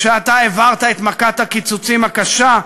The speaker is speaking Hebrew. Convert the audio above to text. כשאתה העברת את מכת הקיצוצים הקשה,